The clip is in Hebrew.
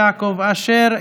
יעקב אשר,